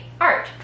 art